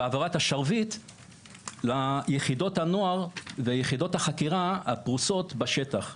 בהעברת השרביט ליחידות הנוער ויחידות החקירה הפרוסות בשטח.